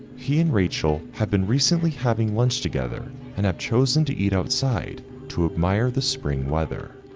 he and rachel have been recently having lunch together and have chosen to eat outside to admire the spring weather.